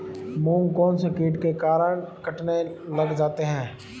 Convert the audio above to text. मूंग कौनसे कीट के कारण कटने लग जाते हैं?